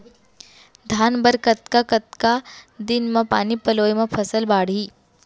धान बर कतका कतका दिन म पानी पलोय म फसल बाड़ही?